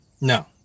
No